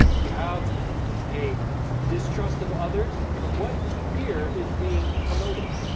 you have a distrust of others, but what here is being promoted